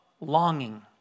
longing